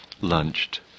lunched